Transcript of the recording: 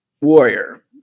warrior